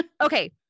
Okay